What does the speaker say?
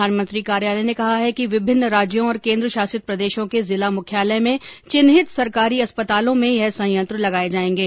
प्रधानमंत्री कार्यालय ने कहा है कि विभिन्न राज्यों और केंद्र शासित प्रदेशों के जिला मुख्यालय में चिन्हित सरकारी अस्पतालों में यह संयंत्र लगाए जाएंगे